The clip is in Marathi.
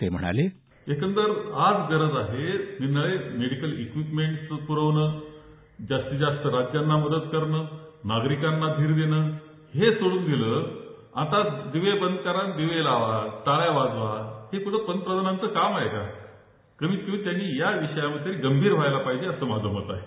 ते म्हणाले एकंदर आज गरज आहे मेडिकल इक्विपमेंटस् पूरवणं जास्तीत जास्त राज्यांना मदत करणं नागरिकांना धीर देणं हे सोडून दिलं आत दिवे बंद करा अन् दिवे लावा टाळ्या वाजवा हे कुठं पंतप्रधानांचं काम आहे का कमीत कमी त्यांनी या विषयावरती तरी गंभीर व्हायला पाहिजे असं माझं मत आहे